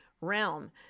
realm